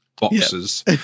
boxes